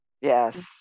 Yes